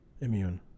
immune